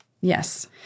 Yes